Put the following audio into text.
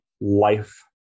life